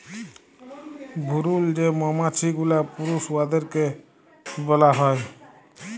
ভুরুল যে মমাছি গুলা পুরুষ উয়াদেরকে ব্যলা হ্যয়